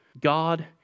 God